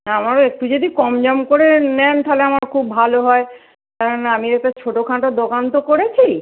আমারও একটু যদি কম জম করে নেন থালে আমার খুব ভালো হয় কেননা আমি একটা ছোটো খাঁটো দোকান তো করেছি